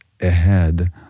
ahead